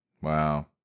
Wow